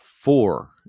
four